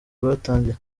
rwatangiye